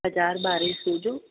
हज़ार ॿारहं सौ जो